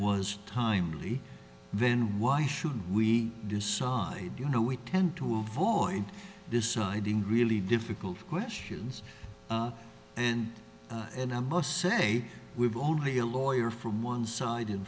was timely then why should we decide you know we tend to avoid deciding really difficult questions and and i must say we've only a lawyer from one side in